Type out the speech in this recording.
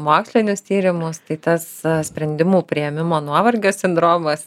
mokslinius tyrimus tai tas sprendimų priėmimo nuovargio sindromas